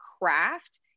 craft